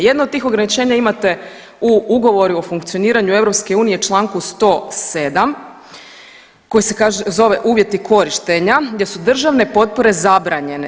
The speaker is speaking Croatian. Jedno od tih ograničenja imate u ugovoru i o funkcioniranju EU u članku 107. koji se zove uvjeti korištenja, gdje su državne potpore zabranjene.